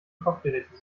kochgeräte